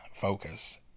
focus